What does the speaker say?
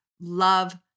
love